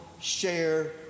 share